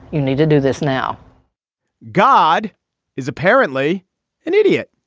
you need to do this now god is apparently an idiot.